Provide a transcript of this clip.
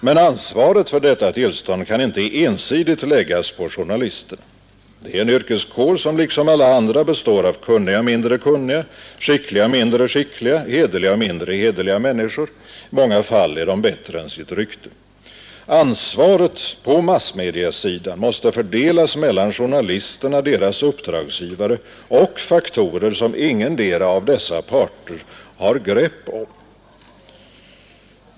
Men ansvaret för detta tillstånd kan inte ensidigt läggas på journalisterna. Det är en yrkeskår, som liksom alla andra består av kunniga och mindre kunniga, skickliga och mindre skickliga, hederliga och mindre hederliga människor — i många fall är de bättre än sitt rykte. Ansvaret måste på massmediasidan fördelas mellan journalisterna, deras uppdragsgivare och faktorer som ingendera av dessa parter har grepp om.